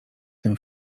tym